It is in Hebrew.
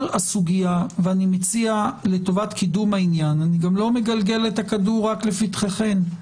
אני גם לא מגלגל את הכדור רק לפתחכן,